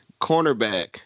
cornerback